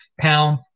Pound